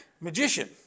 Magician